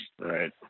Right